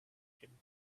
him